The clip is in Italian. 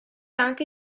anche